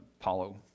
Apollo